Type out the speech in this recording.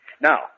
Now